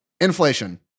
Inflation